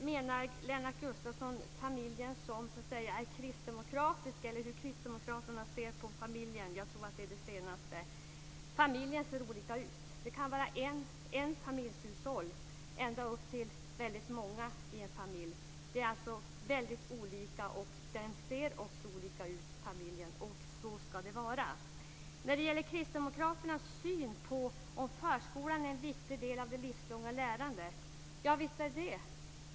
Menar han familjen som är kristdemokratisk, eller menar han hur kristdemokraterna ser på familjen? Jag tror att det är det senare. Familjer ser olika ut. Det finns allt från enpersonshushåll ända upp till väldigt många i en familj. Det är alltså väldigt olika, och familjer ser också olika ut. Och så ska det vara. Lennart Gustavsson frågor om kristdemokraternas syn på om förskolan är en viktig del av det livslånga lärandet. Ja, visst är den det!